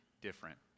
different